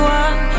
one